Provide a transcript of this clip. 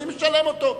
אני משלם אותו,